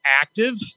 active